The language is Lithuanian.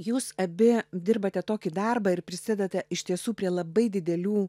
jūs abi dirbate tokį darbą ir prisidedate iš tiesų prie labai didelių